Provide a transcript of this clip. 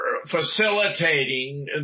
facilitating